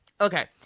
okay